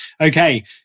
Okay